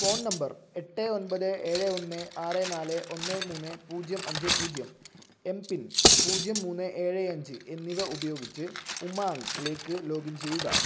phone number എട്ട് ഒൻപത് ഏഴ് ഒന്ന് ആറ് നാല് ഒന്ന് മൂന്ന് പൂജ്യം അഞ്ചേ പൂജ്യം എം പിൻ പൂജ്യം മൂന്ന് ഏഴ് അഞ്ച് എന്നിവ ഉപയോഗിച്ച് ഉമങ്കിലേക്ക് ലോഗിൻ ചെയ്യുക